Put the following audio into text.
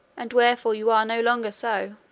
and wherefore you are no longer so.